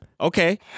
okay